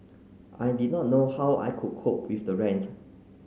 I did not know how I would cope with the rent